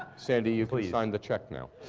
sandy, you can sign the check now.